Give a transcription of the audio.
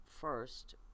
first